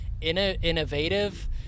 innovative